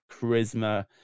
charisma